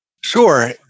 Sure